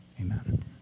Amen